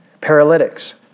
paralytics